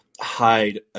hide